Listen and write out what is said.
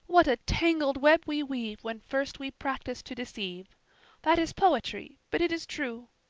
what a tangled web we weave when first we practice to deceive that is poetry, but it is true.